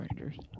rangers